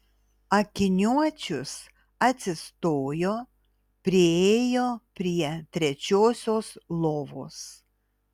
akiniuočius atsistojo priėjo prie trečiosios lovos